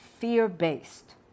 fear-based